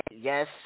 yes